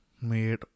made